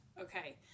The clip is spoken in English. Okay